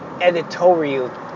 editorial